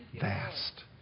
vast